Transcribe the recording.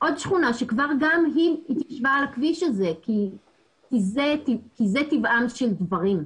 עוד שכונה שגם היא כבר התיישבה על הכביש הזה כי אלה טבעם של דברים.